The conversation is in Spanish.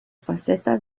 faceta